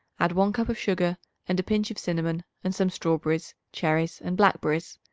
add one cup of sugar and a pinch of cinnamon and some strawberries, cherries and blackberries.